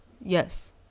yes